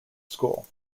school